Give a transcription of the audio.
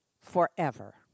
forever